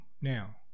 Now